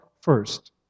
first